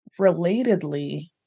Relatedly